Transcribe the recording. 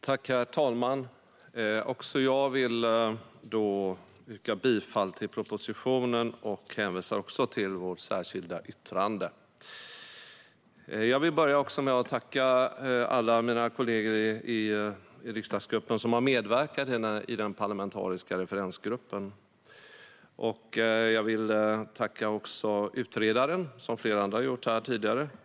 Herr talman! Också jag vill yrka bifall till propositionen och hänvisa till vårt särskilda yttrande. Jag vill börja med att tacka alla mina kollegor i riksdagsgruppen som har medverkat i den parlamentariska referensgruppen. Jag vill tacka utredaren, som flera andra har gjort tidigare.